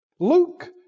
Luke